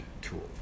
tool